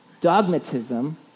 dogmatism